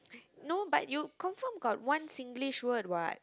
no but you confirm got one Singlish word what